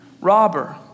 Robber